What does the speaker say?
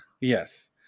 Yes